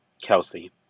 Kelsey